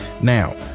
Now